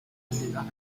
débat